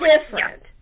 different